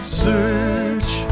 search